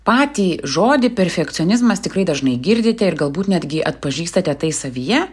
patį žodį perfekcionizmas tikrai dažnai girdite ir galbūt netgi atpažįstate tai savyje